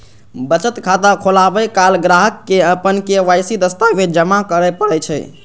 बचत खाता खोलाबै काल ग्राहक कें अपन के.वाई.सी दस्तावेज जमा करय पड़ै छै